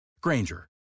Granger